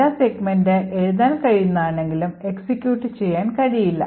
data segment എഴുതാൻ കഴിയുന്നതാണെങ്കിലും execute ചെയ്യാൻ കഴിയില്ല